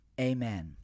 Amen